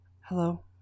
hello